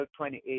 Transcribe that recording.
28